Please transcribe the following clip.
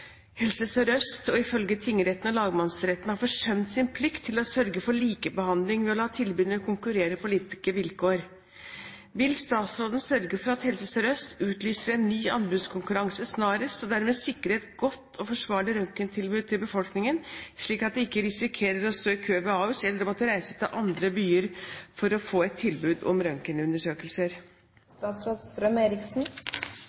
Helse Sør-Øst, ifølge tingretten og lagmannsretten, har forsømt sin plikt til å sørge for likebehandling ved å la tilbyderne konkurrere på like vilkår. Vil statsråden sørge for at Helse Sør-Øst utlyser en ny anbudskonkurranse snarest og dermed sikrer et godt og forsvarlig røntgentilbud til befolkningen, slik at de ikke risikerer å stå i kø ved Ahus eller må reise til andre byer for å få et tilbud om